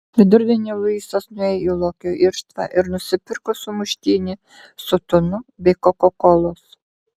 vidurdienį luisas nuėjo į lokio irštvą ir nusipirko sumuštinį su tunu bei kokakolos